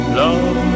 love